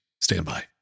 Standby